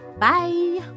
Bye